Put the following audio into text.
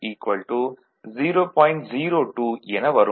02 என வரும்